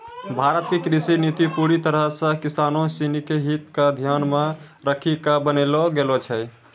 भारत के कृषि नीति पूरी तरह सॅ किसानों सिनि के हित क ध्यान मॅ रखी क बनैलो गेलो छै